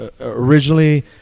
originally